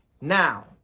now